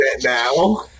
now